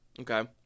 okay